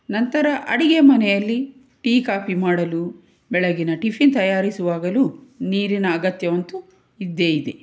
ನಂತರ ಅಡಿಗೆ ಮನೆಯಲ್ಲಿ ಟೀ ಕಾಫಿ ಮಾಡಲು ಬೆಳಗಿನ ಟಿಫಿನ್ ತಯಾರಿಸುವಾಗಲೂ ನೀರಿನ ಅಗತ್ಯ ಅಂತೂ ಇದ್ದೇ ಇದೆ